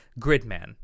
Gridman